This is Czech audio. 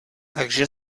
takže